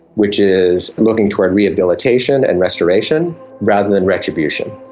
which is looking toward rehabilitation and restoration rather than retribution.